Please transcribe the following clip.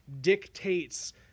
dictates